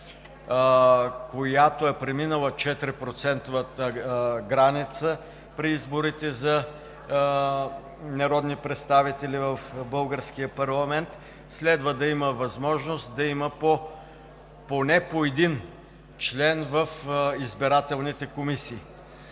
която е преминала 4-процентовата граница при изборите за народни представители в българския парламент, следва да има възможност да има поне по един член в избирателните комисии.